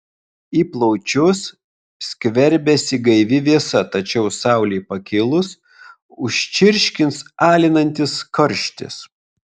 į plaučius skverbiasi gaivi vėsa tačiau saulei pakilus užčirškins alinantis karštis